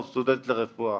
הוא סטודנט לרפואה.